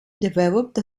developed